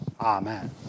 amen